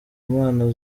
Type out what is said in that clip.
impano